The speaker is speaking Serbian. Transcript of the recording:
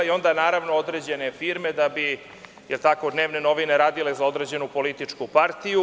Naravno, određene firme da bi, jel tako, dnevne novine radile za određenu političku partiju.